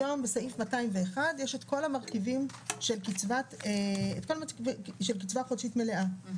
היום בסעיף 201 יש כל המרכיבים של קצבה חודשית מלאה,